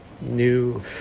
new